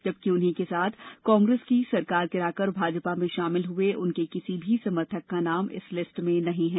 जबकि उन्हीं के साथ कांग्रेस की सरकार गिराकर भाजपा में शामिल हुए उनके किसी भी समर्थक का नाम इस लिस्ट में नहीं है